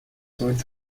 with